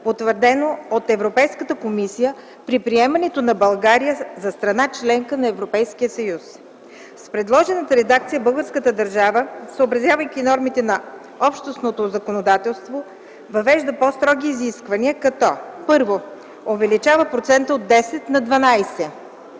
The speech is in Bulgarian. утвърдено от Европейската комисия при приемането на България за страна – членка на Европейския съюз. С предложената редакция българската държава, съобразявайки нормите на общностното законодателство, въвежда по-строги изисквания, като: Първо, увеличава процента от 10 на 12%.